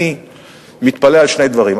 אני מתפלא על שני דברים,